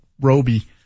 Roby